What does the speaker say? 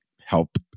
help